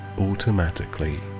automatically